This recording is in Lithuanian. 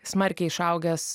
smarkiai išaugęs